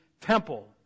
temple